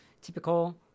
Typical